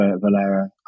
Valera